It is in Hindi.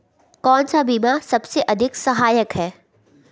कौन सा बीमा सबसे अधिक सहायक है?